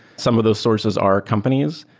some of those sources are companies.